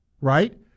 right